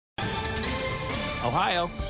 Ohio